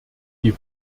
die